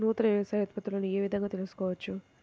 నూతన వ్యవసాయ ఉత్పత్తులను ఏ విధంగా తెలుసుకోవచ్చు?